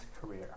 career